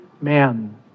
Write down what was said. man